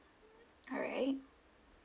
alright